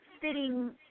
sitting